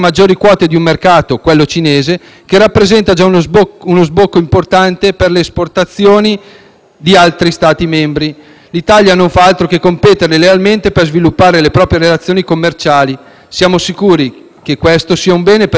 di altri Stati membri. L'Italia non fa altro che competere lealmente per sviluppare le proprie relazioni commerciali. Siamo sicuri che questo sia un bene per il nostro Paese. Allo stesso tempo, manterremo alta l'attenzione sugli investimenti e sulla difesa delle nostre infrastrutture.